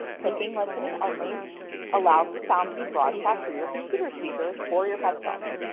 clicking listen only allows the sound to be broadcast through your computer speakers or your headphones.